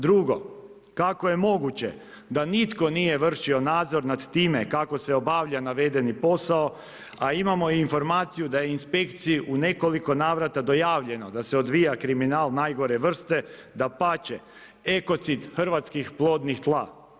Drugo, kako je moguće da nitko nije vršio nadzor nad time kako se obavlja navedeni posao a imamo i informaciju da je inspekciji u nekoliko navrata dojavljeno da se odvija kriminal najgore vrste, dapače ekocit hrvatskih plodnih tla.